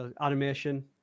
animation